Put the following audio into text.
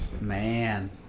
man